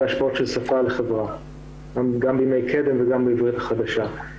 בהשפעות של שפה על החברה גם בימי קדם וגם בעברית החדשה.